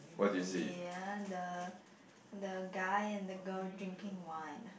ya the the guy and the girl drinking wine